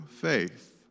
faith